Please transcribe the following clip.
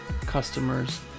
customers